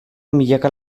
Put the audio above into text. milaka